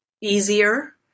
easier